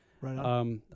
Right